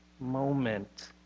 moment